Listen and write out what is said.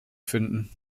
finden